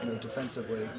defensively